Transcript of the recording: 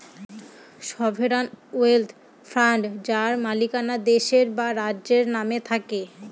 sovereign wealth fund যার মালিকানা দেশের বা রাজ্যের নামে থাকে